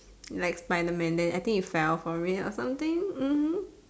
like Spiderman then I think it fell for it or something mmhmm